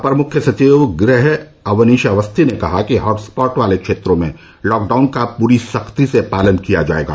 अपर मुख्य सचिव गृह अवनीश अवस्थी ने कहा कि हॉट स्पॉट वाले क्षेत्रों में लॉकडाउन का पूरी सख्ती से पालन किया जायेगा